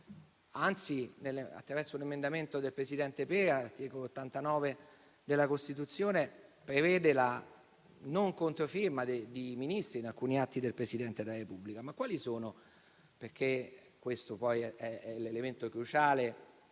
anzi; un emendamento del presidente Pera all'articolo 89 della Costituzione non prevede la controfirma dei Ministri per alcuni atti del Presidente della Repubblica. Quali sono allora - perché questo poi è l'elemento cruciale